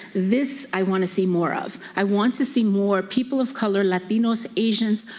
this i want to see more of. i want to see more people of color, latinos, asians,